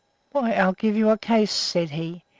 why, i'll give you a case, said he.